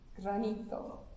Granito